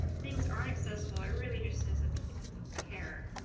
things aren't accessible, it really just says that people don't care.